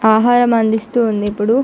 ఆహారం అందిస్తూ ఉంది ఇప్పుడు